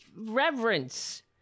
reverence